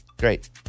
Great